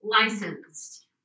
Licensed